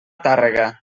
tàrrega